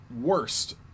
worst